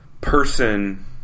person